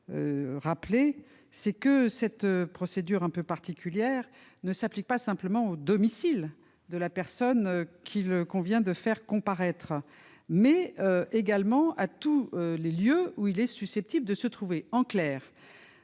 pas précisé que cette procédure quelque peu particulière s'appliquait non seulement au domicile de la personne qu'il convient de faire comparaître, mais également à tous les lieux où elle est susceptible de se trouver. En clair,